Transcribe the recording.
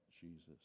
Jesus